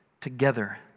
together